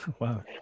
Wow